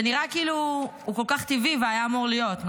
ונראה כאילו הוא כל כך טבעי והיה אמור להיות,